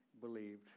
believed